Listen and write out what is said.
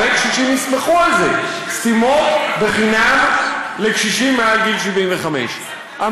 הרבה קשישים ישמחו על זה: סתימות חינם לקשישים מעל גיל 75. יש סתימות,